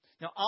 Now